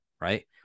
right